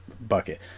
bucket